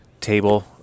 table